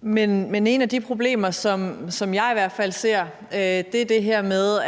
Men et af de problemer, som jeg i hvert fald ser, er det her med,